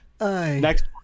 Next